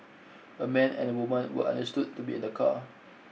a man and a woman were understood to be in the car